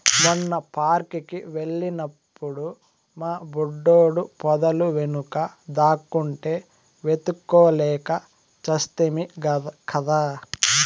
మొన్న పార్క్ కి వెళ్ళినప్పుడు మా బుడ్డోడు పొదల వెనుక దాక్కుంటే వెతుక్కోలేక చస్తిమి కదా